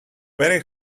very